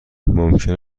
ممکن